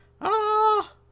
Ah